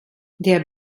der